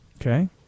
Okay